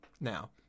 Now